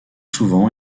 souvent